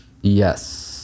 Yes